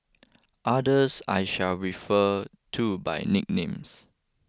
others I shall refer to by nicknames